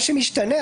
מה שמשתנה,